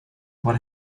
what